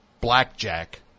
blackjack